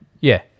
Yeah